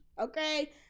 okay